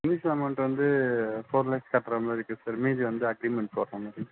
initial amount வந்து four lakhs கட்டுற மாதிரி இருக்கு சார் மீதி வந்து அக்ரிமெண்ட் போடுற மாரி